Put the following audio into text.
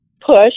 push